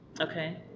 Okay